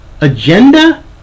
agenda